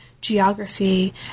geography